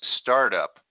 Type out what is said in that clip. Startup